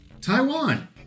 Taiwan